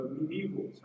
medieval